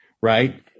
Right